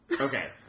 Okay